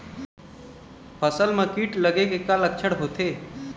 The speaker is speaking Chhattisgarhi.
फसल म कीट लगे के का लक्षण होथे?